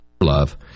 love